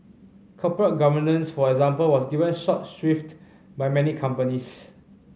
corporate governance for example was given short shrift by many companies